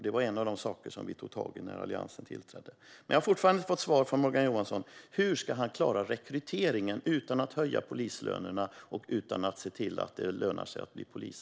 Det var en av de saker som vi tog tag i när Alliansen tillträdde. Jag har fortfarande inte fått svar från Morgan Johansson. Hur ska han klara rekryteringen utan att höja polislönerna och utan att se till att det lönar sig att bli polis?